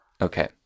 Okay